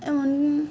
এমন